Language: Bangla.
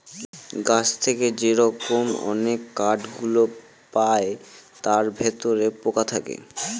গাছ থেকে যে রকম অনেক কাঠ গুলো পায় তার ভিতরে পোকা থাকে